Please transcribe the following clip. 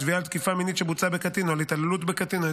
בתביעה על תקיפה מינית שבוצעה בקטין או על התעללות בקטין על